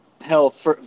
health